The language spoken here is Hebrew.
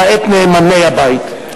למעט נאמני הבית.